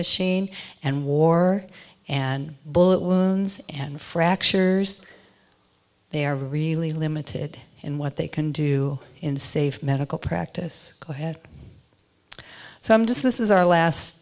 machine and war and bullet wounds and fractures they are really limited in what they can do in safe medical practice ahead so i'm just this is our last